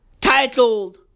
titled